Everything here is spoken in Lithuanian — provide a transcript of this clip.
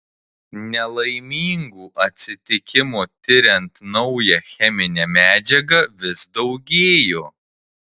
nelaimingų atsitikimų tiriant naują cheminę medžiagą vis daugėjo